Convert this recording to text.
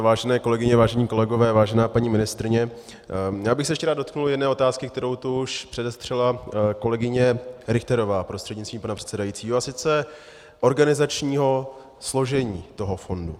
Vážené kolegyně, vážení kolegové, vážená paní ministryně, ještě bych se rád dotkl jedné otázky, kterou tu už předestřela kolegyně Richterová prostřednictvím pana předsedajícího, a sice organizačního složení toho fondu.